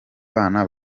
bana